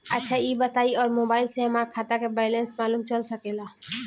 अच्छा ई बताईं और मोबाइल से हमार खाता के बइलेंस मालूम चल सकेला?